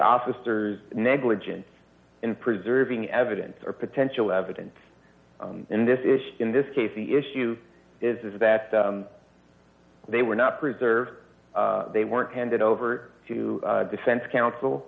officer's negligence in preserving evidence or potential evidence in this issue in this case the issue is that they were not preserved they weren't handed over to defense counsel